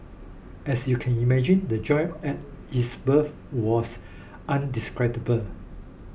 as you can imagine the joy at his birth was indescribable